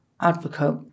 advocate